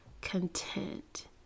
Content